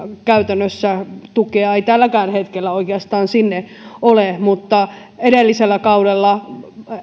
käytännössä tukea ei tälläkään hetkellä oikeastaan sinne ole mutta edellisellä kaudella